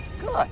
Good